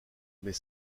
mais